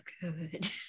good